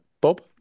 Bob